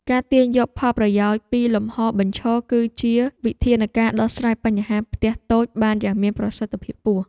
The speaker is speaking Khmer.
ការទាញយកផលប្រយោជន៍ពីលំហរបញ្ឈរគឺជាវិធានការដោះស្រាយបញ្ហាផ្ទះតូចបានយ៉ាងមានប្រសិទ្ធភាពខ្ពស់។